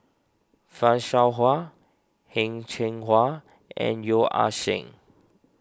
Fan Shao Hua Heng Cheng Hwa and Yeo Ah Seng